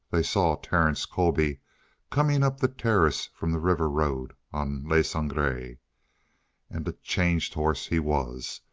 they saw terence colby coming up the terrace from the river road on le sangre. and a changed horse he was.